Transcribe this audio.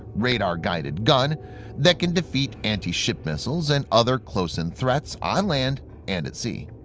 radar-guided gun that can defeat anti-ship missiles and other close-in threats on land and at sea.